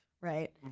Right